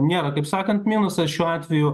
nėra kaip sakant minusas šiuo atveju